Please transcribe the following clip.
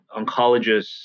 oncologists